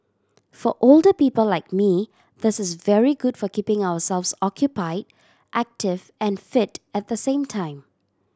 for older people like me this is very good for keeping ourselves occupy active and fit at the same time